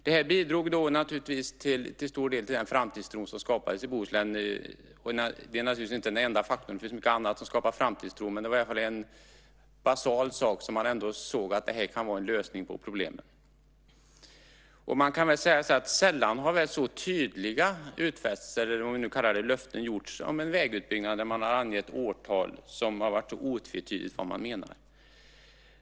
Det här bidrog till stor del till den framtidstro som skapades i Bohuslän. Det är naturligtvis inte den enda faktorn - det finns mycket annat som skapar framtidstro - men det var i alla fall en basal sak som man såg kunde vara en lösning på problemen. Sällan har väl så tydliga utfästelser - eller om vi nu kallar det löften - gjorts om en vägutbyggnad där man har angett årtal och där det har varit så otvetydigt vad man menar.